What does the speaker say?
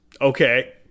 Okay